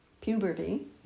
puberty